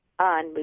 on